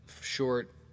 short